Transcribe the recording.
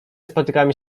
spotykamy